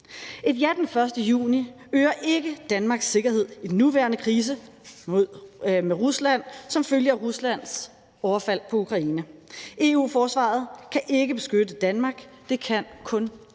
Et ja den 1. juni øger ikke Danmarks sikkerhed i den nuværende krise med Rusland som følge af Ruslands overfald på Ukraine. EU-forsvaret kan ikke beskytte Danmark, det kan kun NATO.